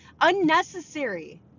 unnecessary